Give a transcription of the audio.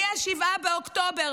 מ-7 באוקטובר,